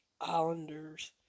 Islanders